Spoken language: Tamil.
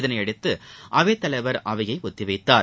இதனையடுத்து அவைத்தலைவர் அவையை ஒத்திவைத்தார்